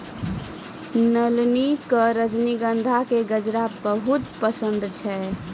नलिनी कॅ रजनीगंधा के गजरा बहुत पसंद छै